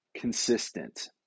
consistent